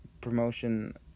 promotion